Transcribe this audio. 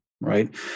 Right